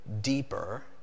deeper